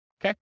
Okay